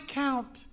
count